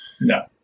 No